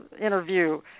interview